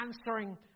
answering